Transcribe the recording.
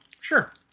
Sure